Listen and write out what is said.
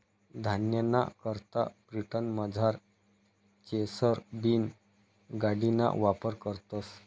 धान्यना करता ब्रिटनमझार चेसर बीन गाडिना वापर करतस